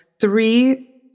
three